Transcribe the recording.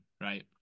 right